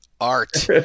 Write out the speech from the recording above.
art